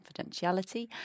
confidentiality